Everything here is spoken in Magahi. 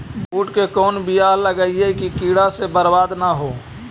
बुंट के कौन बियाह लगइयै कि कीड़ा से बरबाद न हो?